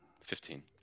Fifteen